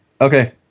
okay